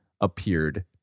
appeared